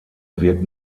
wird